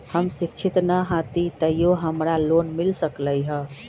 हम शिक्षित न हाति तयो हमरा लोन मिल सकलई ह?